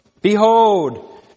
Behold